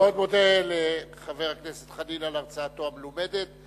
אני מאוד מודה לחבר הכנסת חנין על הרצאתו המלומדת.